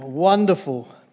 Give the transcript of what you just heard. Wonderful